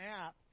app